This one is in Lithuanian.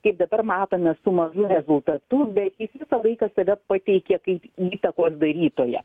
kaip dabar matome su nauju rezultatu beveik visą laiką save pateikia kaip įtakos darytoją